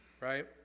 right